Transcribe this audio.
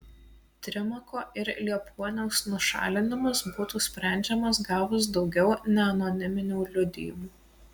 trimako ir liepuoniaus nušalinimas būtų sprendžiamas gavus daugiau neanoniminių liudijimų